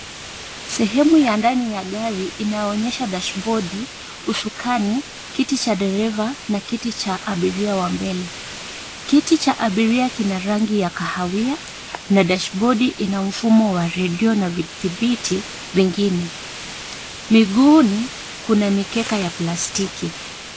Sehemu ya ndani ya gari inaonyesha dashibodi, usukani, kiti cha dereva na kiti cha abiria wa mbele. Kiti cha abiria kina rangi ya kahawia na dashibodi ina mfumo wa redio na vidhibiti vingine. Miguuni kuna mikeka ya plastiki.